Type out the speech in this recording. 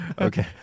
Okay